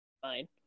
Fine